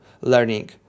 learning